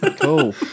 Cool